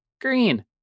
Green